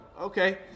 okay